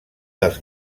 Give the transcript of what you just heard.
els